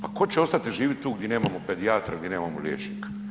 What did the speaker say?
Pa tko će ostati živjeti tu gdje nemamo pedijatra, gdje nemamo liječnika?